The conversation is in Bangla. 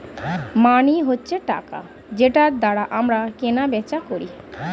মানি হচ্ছে টাকা যেটার দ্বারা আমরা কেনা বেচা করি